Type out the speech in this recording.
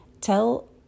Tell